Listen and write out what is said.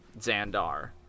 Xandar